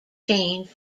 change